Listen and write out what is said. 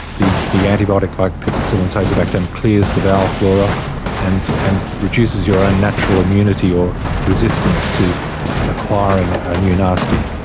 the the antibiotic, like piperacillin tazobactam, clears the bowel flora and and reduces your own natural immunity or resistance to acquiring a new nasty.